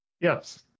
Yes